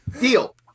deal